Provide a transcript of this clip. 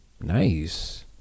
Nice